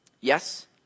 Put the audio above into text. Yes